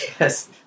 Yes